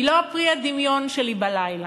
היא לא פרי הדמיון שלי בלילה.